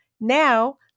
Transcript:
Now